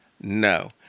No